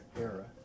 era